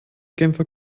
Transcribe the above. genfer